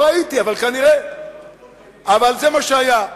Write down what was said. לא ראיתי, אבל כנראה זה מה שהיה.